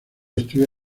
estudió